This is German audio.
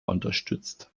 unterstützt